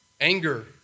Anger